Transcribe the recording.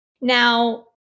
Now